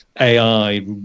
ai